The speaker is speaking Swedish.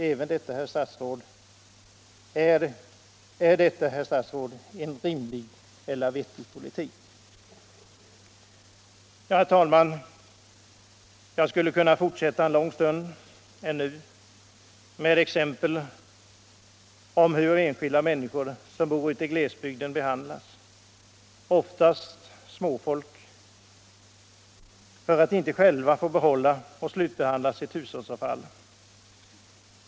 Är detta, herr statsråd, en rimlig eller vettig politik? Herr talman! Jag skulle kunna fortsätta en lång stund ännu med exempel på hur enskilda människor som bor ute i glesbygden behandlas —- oftast småfolk — därför att de inte själva får behålla och slutbehandla sitt hushållsavfall.